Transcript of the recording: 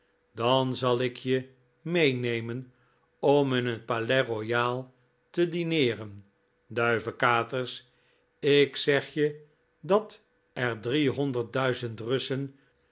dan zal ik je meenemen om in het palais royal te dineeren duivekaters ik zeg je dat er driehonderd duizend